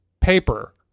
paper